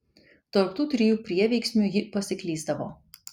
tarp tų trijų prieveiksmių ji pasiklysdavo